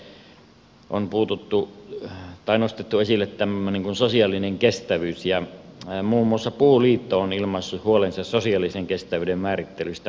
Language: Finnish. elikkä on nostettu esille tämmöinen kuin sosiaalinen kestävyys ja muun muassa puuliitto on ilmaissut huolensa sosiaalisen kestävyyden määrittelystä metsälaissa